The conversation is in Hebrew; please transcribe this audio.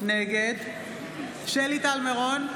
נגד שלי טל מירון,